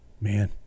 Man